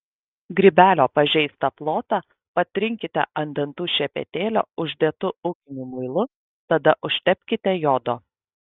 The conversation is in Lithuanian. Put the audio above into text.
grybelio pažeistą plotą patrinkite ant dantų šepetėlio uždėtu ūkiniu muilu tada užtepkite jodo